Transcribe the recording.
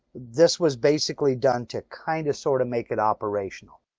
this was basically done to kind of sort of make it operational.